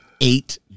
eight